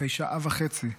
אחרי שעה וחצי,